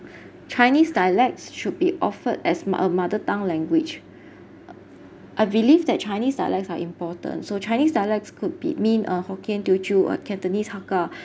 chinese dialects should be offered as mo~ mother tongue language I believe that chinese dialects are important so chinese dialects could be mean uh hokkien teochew or cantonese hakka